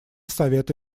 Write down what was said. совета